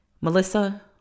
Melissa